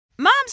moms